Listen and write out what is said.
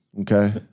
Okay